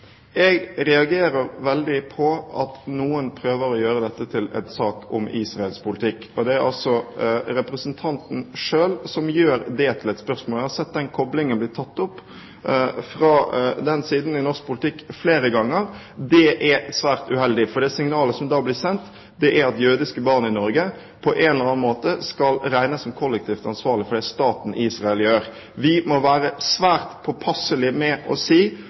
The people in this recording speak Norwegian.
Jeg reagerer veldig på at noen prøver å gjøre dette til en sak om Israels politikk – og det er representanten selv som gjør det til det. Jeg har sett den koblingen blitt tatt opp fra den siden i norsk politikk flere ganger. Det er svært uheldig, for det signalet som da blir sendt, er at jødiske barn i Norge på en eller annen måte skal regnes som kollektivt ansvarlige for det staten Israel gjør. Vi må være svært påpasselige med å si